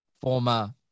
former